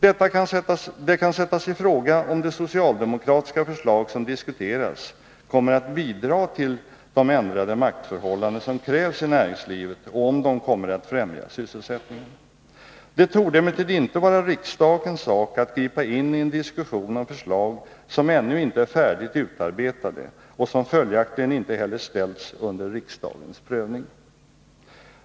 Det kan sättas i fråga om de socialdemokratiska förslag som diskuteras kommer att bidra till de ändrade maktförhållanden som krävs i näringslivet och om de kommer att främja sysselsättningen. Det torde emellertid inte vara riksdagens sak att gripa in i en diskussion om förslag som ännu inte är färdigt utarbetade och som följaktligen inte heller ställts under riksdagens prövning.